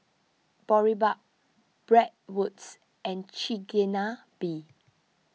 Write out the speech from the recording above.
Boribap Bratwurst and Chigenabe